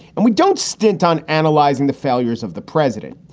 and we don't stint on analyzing the failures of the president.